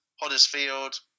Huddersfield